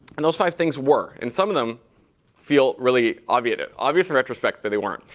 and those five things were and some of them feel really obvious obvious in retrospect, but they weren't.